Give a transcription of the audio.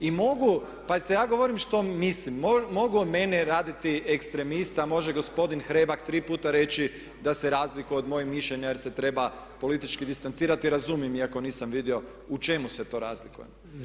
I mogu, pazite ja govorim što mislim, mogu od mene raditi ekstremista, može gospodin Hrebak tri puta reći da se razlikuje od mojeg mišljenja jer se treba politički distancirati, razumijem iako nisam vidio u čemu se to razlikuje.